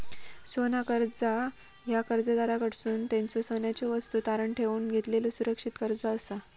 सोना कर्जा ह्या कर्जदाराकडसून त्यांच्यो सोन्याच्यो वस्तू तारण ठेवून घेतलेलो सुरक्षित कर्जा असा